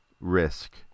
risk